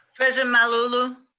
president malauulu.